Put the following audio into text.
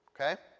okay